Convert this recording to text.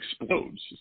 explodes